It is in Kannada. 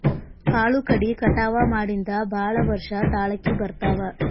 ಕಾಳು ಕಡಿ ಕಟಾವ ಮಾಡಿಂದ ಭಾಳ ವರ್ಷ ತಾಳಕಿ ಬರ್ತಾವ